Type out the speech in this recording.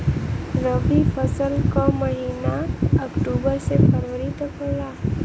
रवी फसल क महिना अक्टूबर से फरवरी तक होला